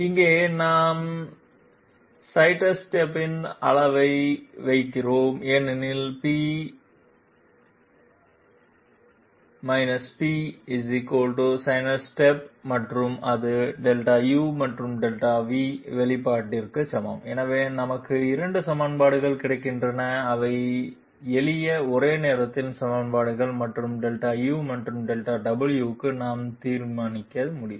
இங்கே நாம் சைட்ஸ்டெப்பின் அளவை வைக்கிறோம் ஏனெனில் P P சைட்ஸ்டெப் மற்றும் அது Δu மற்றும் Δv வெளிப்பாட்டிற்கு சமம் எனவே நமக்கு இரண்டு சமன்பாடுகள் கிடைக்கின்றன இவை எளிய ஒரே நேரத்தில் சமன்பாடுகள் மற்றும் Δu மற்றும் Δw க்கு நாம் தீர்க்க முடியும்